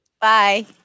Bye